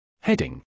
Heading